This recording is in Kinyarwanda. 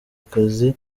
akazi